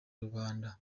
rubanda